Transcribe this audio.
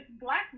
black